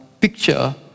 picture